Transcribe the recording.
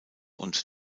und